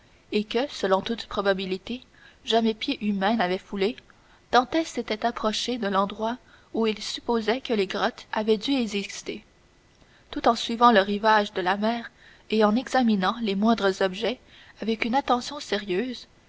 et que selon toute probabilité jamais pied humain n'avait foulé dantès s'était approché de l'endroit où il supposait que les grottes avaient dû exister tout en suivant le rivage de la mer et en examinant les moindres objets avec une attention sérieuse